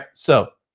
so,